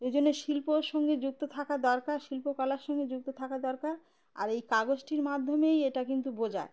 ওই জন্যে শিল্পর সঙ্গে যুক্ত থাকা দরকার শিল্পকলার সঙ্গে যুক্ত থাকা দরকার আর এই কাগজটির মাধ্যমেই এটা কিন্তু বোঝায়